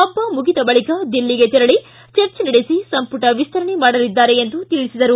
ಹಬ್ಬ ಮುಗಿದ ಬಳಿಕ ದಿಲ್ಲಿಗೆ ತೆರಳಿ ಚರ್ಚೆ ನಡೆಸಿ ಸಂಪುಟ ವಿಸ್ತರಣೆ ಮಾಡಲಿದ್ದಾರೆ ಎಂದು ತಿಳಿಸಿದರು